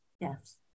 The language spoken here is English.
yes